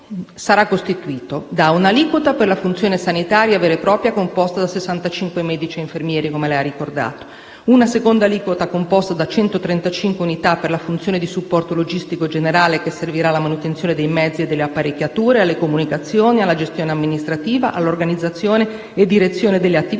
sarà costituito da: un'aliquota per la funzione sanitaria vera e propria, composta da 65 medici e infermieri, come lei ha ricordato; una seconda aliquota composta da 135 unità per la funzione di supporto logistico generale che servirà alla manutenzione dei mezzi e delle apparecchiature, alle comunicazioni, alla gestione amministrativa, all'organizzazione e direzione delle attività